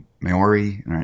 Maori